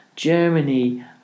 Germany